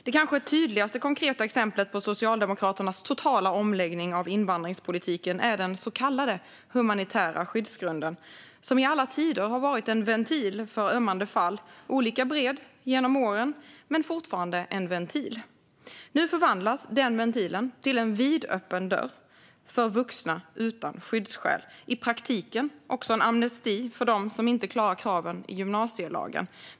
Det kanske tydligaste konkreta exemplet på Socialdemokraternas totala omläggning av invandringspolitiken är den så kallade humanitära skyddsgrunden, som i alla tider har varit en ventil för ömmande fall. Den har varit olika bred genom åren, men den har fortfarande varit en ventil. Nu förvandlas den ventilen till en vidöppen dörr för vuxna utan skyddsskäl, i praktiken också en amnesti för dem som inte klarar kraven i gymnasielagen.